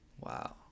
Wow